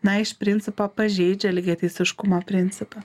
na iš principo pažeidžia lygiateisiškumo principą